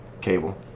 cable